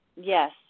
Yes